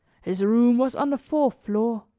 his room was on the fourth floor